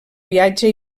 viatge